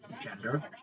gender